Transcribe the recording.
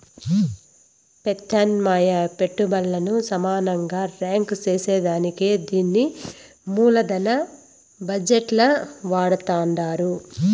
పెత్యామ్నాయ పెట్టుబల్లను సమానంగా రాంక్ సేసేదానికే దీన్ని మూలదన బజెట్ ల వాడతండారు